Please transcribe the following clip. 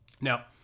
Now